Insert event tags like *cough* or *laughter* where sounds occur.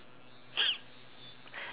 *noise*